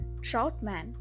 Troutman